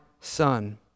son